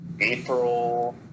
April